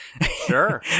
Sure